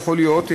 יכול להיות,